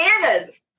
bananas